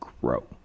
grow